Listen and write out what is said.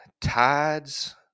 tides